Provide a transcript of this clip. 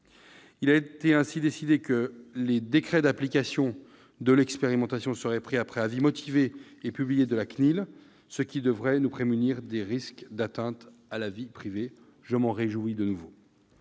Il a également été décidé que les décrets d'application de l'expérimentation seraient pris après avis motivé et publié de la CNIL, ce qui devrait nous prémunir des risques d'atteinte à la vie privée. Je m'en réjouis de nouveau.